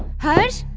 harsh!